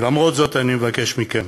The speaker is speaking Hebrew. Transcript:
ולמרות זאת אני מבקש מכם